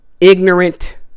ignorant